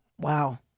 wow